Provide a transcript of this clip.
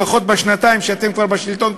לפחות בשנתיים כמעט שאתם כבר בשלטון,